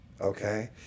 Okay